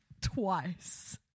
twice